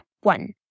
one